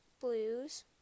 blues